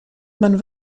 man